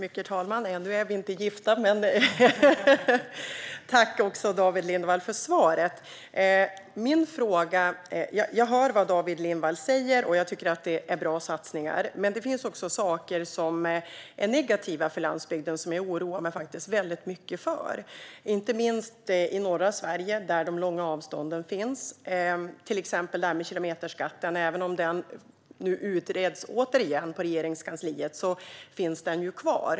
Herr talman! Tack, David Lindvall, för svaret! Jag hör vad David Lindvall säger, och jag tycker att det är bra satsningar. Men det finns också saker som är negativa för landsbygden och som jag oroar mig mycket för. Inte minst handlar det om norra Sverige där de stora avstånden finns. Ett exempel är kilometerskatten. Även om den nu återigen utreds på Regeringskansliet finns den ju kvar.